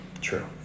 True